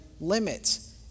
limits